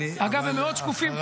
אגב, הם מאוד שקופים.